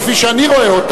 כפי שאני רואה,